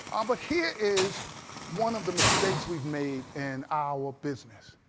um but here is one of the mistakes we've made in our business.